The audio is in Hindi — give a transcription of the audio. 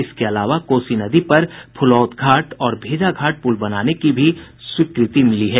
इसके अलावा कोसी नदी पर फुलौत घाट और भेजा घाट पुल बनाने की भी स्वीकृति मिली है